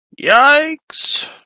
Yikes